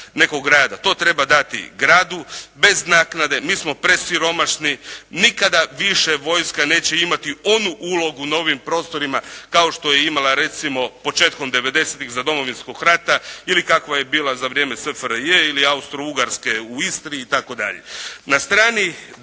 to treba dati gradu bez naknade, mi smo presiromašni, nikada više vojska neće imati onu ulogu na ovim prostorima, kao što je imala, recimo početkom devedesetih za Domovinskog rata, ili kakva je bila za vrijeme SFRJ ili Austro-Ugarske u Istri itd.